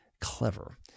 Clever